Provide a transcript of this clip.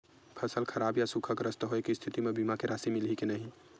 फसल खराब या सूखाग्रस्त होय के स्थिति म बीमा के राशि मिलही के नही?